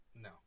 No